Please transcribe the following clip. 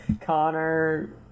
Connor